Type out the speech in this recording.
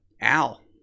Al